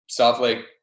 Southlake